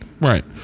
Right